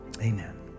Amen